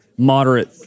moderate